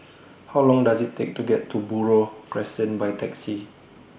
How Long Does IT Take to get to Buroh Crescent By Taxi